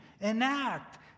enact